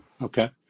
Okay